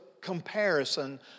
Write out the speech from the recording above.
comparison